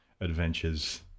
adventures